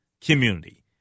community